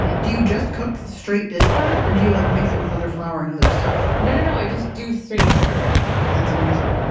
and do you just cook the straight discard or do you like mix it with other flour and other stuff? no, no, no. i just do the straight-up starter that's amazing.